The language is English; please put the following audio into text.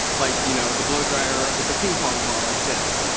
like, you know, the blow-dryer with a ping-pong ball like this.